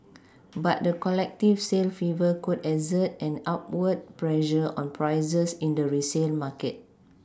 but the collective sale fever could exert an upward pressure on prices in the resale market